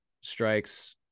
strikes